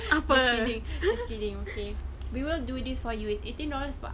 apa